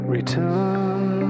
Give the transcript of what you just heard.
Return